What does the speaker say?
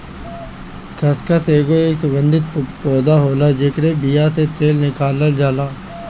खसखस एगो सुगंधित पौधा होला जेकरी बिया से तेल निकालल जाला